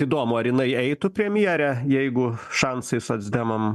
įdomu ar jinai eitų premjere jeigu šansai socdemam